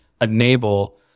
enable